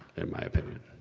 in my opinion.